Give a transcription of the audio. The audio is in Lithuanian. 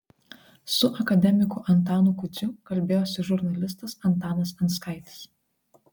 su akademiku antanu kudziu kalbėjosi žurnalistas antanas anskaitis